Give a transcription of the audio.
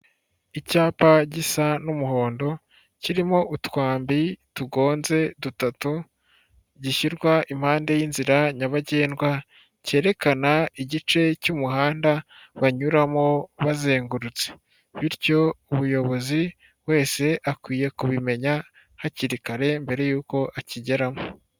Icyapa gisa n'umuhondo, kirimo utwambi tugonze dutatu, gishyirwa impande y'inzira nyabagendwa cyerekana igice cy'umuhanda banyuramo bazengurutse. Bityo umuyobozi wese akwiye kubimenya hakiri kare mbere yuko akigeramo.